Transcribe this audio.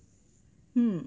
mm